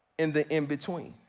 in the in-between?